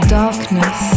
darkness